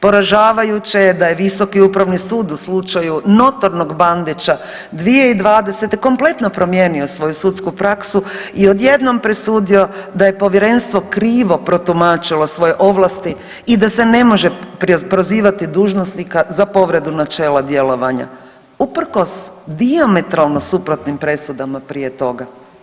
Poražavajuće je da je visoki upravni sud u slučaju notornog Bandića 2020. kompletno promijenio svoju sudsku praksu i odjednom presudio da je povjerenstvo krivo protumačilo svoje ovlasti i da se ne može prozivati dužnosnika za povredu načela djelovanja uprkos dijametralno suprotnim presudama prije toga.